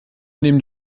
nehmen